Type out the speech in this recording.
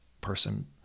person